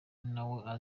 nawe